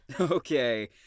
Okay